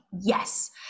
yes